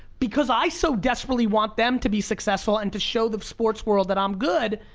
because i so desperately want them to be successful, and to show the sports world that i'm good,